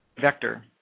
vector